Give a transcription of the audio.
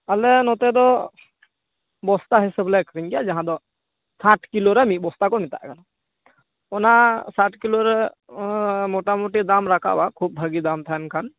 ᱟᱞᱮ ᱱᱚᱛᱮ ᱫᱚ ᱵᱚᱥᱛᱟ ᱦᱤᱥᱟᱹᱵᱞᱮ ᱠᱟᱫᱤᱧ ᱜᱮᱭᱟ ᱡᱟᱦᱟᱸᱫᱚ ᱥᱟᱴᱠᱤᱞᱳᱨᱮ ᱵᱚᱥᱛᱮᱠᱚ ᱢᱮᱛᱟᱜ ᱠᱟᱱᱟ ᱚᱱᱟ ᱥᱟᱴ ᱠᱤᱞᱳᱨᱮ ᱢᱳᱴᱟᱢᱳᱴᱤ ᱫᱟᱢ ᱨᱟᱠᱟᱵᱟ ᱠᱷᱩᱵ ᱵᱷᱟᱹᱜᱤ ᱫᱟᱢ ᱛᱟᱦᱮᱱ ᱠᱷᱟᱱ